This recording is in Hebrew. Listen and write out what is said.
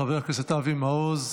חבר הכנסת אבי מעוז,